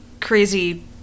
crazy